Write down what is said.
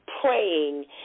praying